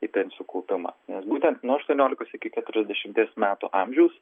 į pensijų kaupimą nes būtent nuo aštuoniolikos iki keturiasdešimties metų amžiaus